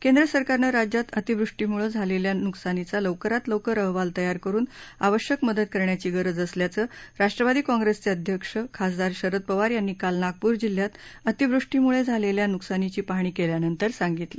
केंद्र सरकारनं राज्यात अतिवृष्टीमुळे झालेल्या नुकसानीचा लवकरात लवकर अहवाल तयार करून आवश्यक मदत करण्याची गरज असल्याचं राष्ट्रवादी काँग्रेसचे अध्यक्ष खासदार शरद पवार यांनी काल नागपूर जिल्ह्यात अतिवृष्टीमुळे झालेल्या नुकसानीची पाहणी केल्यानंतर सांगितलं